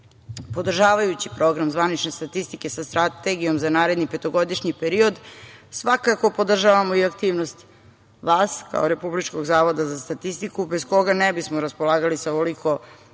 statistike. Podržavajući program zvanične statistike sa strategijom za naredni petogodišnji period, svakako podržavamo i aktivnost vas kao Republičkog zavoda za statistiku, bez koga ne bismo raspolagali sa ovoliko